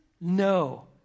No